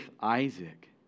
Isaac